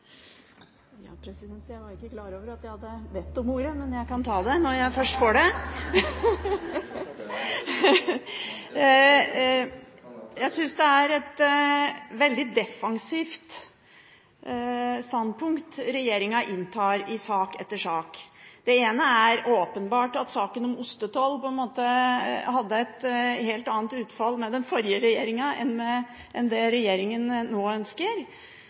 Jeg var ikke klar over at jeg hadde bedt om ordet, men jeg kan ta det når jeg først får det. Det er så mangt et mysterium som kan avklares. Jeg synes det er et veldig defensivt standpunkt regjeringen inntar i sak etter sak. Det er åpenbart at saken om ostetoll fikk et helt annet utfall under den forrige regjeringen enn hva regjeringen nå ønsker.